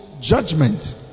judgment